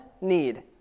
need